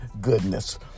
goodness